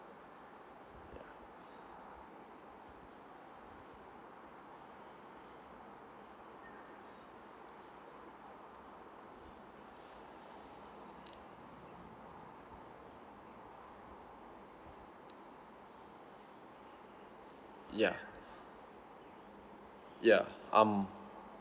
yeah yeah yeah um